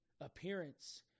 appearance